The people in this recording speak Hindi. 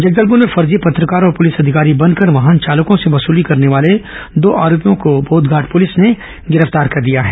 जगदलपुर में फर्जी पत्रकार और पुलिस अधिकारी बनकर वाहन चालकों से वसूली करने वाले दो आरोपियों को बोधघाट पुलिस ने गिरफ्तार कर लिया है